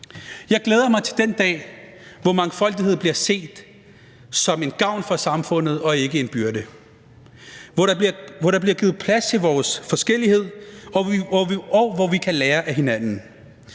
Jeg glæder mig til den dag, hvor mangfoldighed bliver set som en gavn for samfundet og ikke en byrde, hvor der bliver givet plads til vores forskellighed, hvor vi kan lære af hinanden,